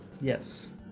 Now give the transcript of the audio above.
Yes